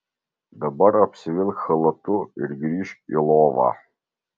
dabar apsivilk chalatu ir grįžk į lovą